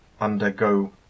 undergo